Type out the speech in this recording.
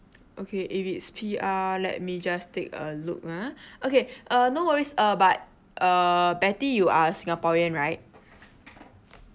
okay if it's P_R let me just take a look ah okay uh no worries err but err Betty you are singaporean right